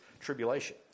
tribulation